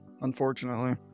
unfortunately